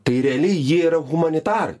tai realiai jie yra humanitarai